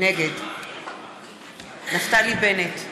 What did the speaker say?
נגד נפתלי בנט,